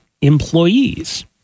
employees